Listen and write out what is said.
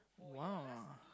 !wow!